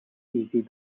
easy